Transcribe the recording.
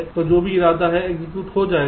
तो जो भी इरादा है एग्जीक्यूट हो जाएगा